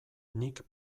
nik